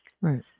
Right